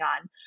on